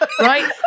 right